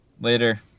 Later